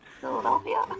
Philadelphia